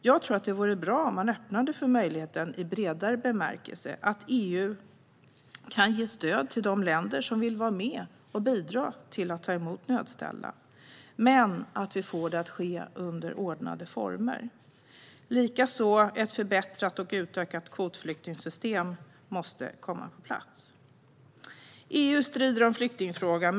Jag tror att det vore bra om man öppnade för möjligheten i bredare bemärkelse: att EU kan ge stöd till de länder som vill vara med och bidra till att ta emot nödställda men att vi får det att ske under ordnade former. Ett förbättrat och utökat kvotflyktingssystem måste också komma på plats. EU strider om flyktingfrågan.